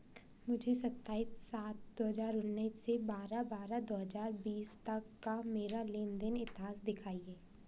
मुझे सत्ताइस सात दो हजार उन्नीस से बारह बारह दो हजार बीस तक का मेरा लेनदेन इतिहास दिखाइए